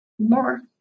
More